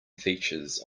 features